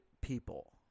people